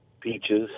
peaches